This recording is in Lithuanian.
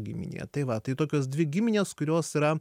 giminė tai va tai tokios dvi giminės kurios yra